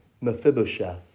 Mephibosheth